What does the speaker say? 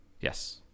Yes